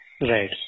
Right